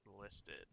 listed